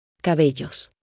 Cabellos